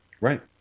Right